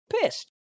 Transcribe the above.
Pissed